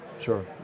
Sure